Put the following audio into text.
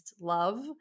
love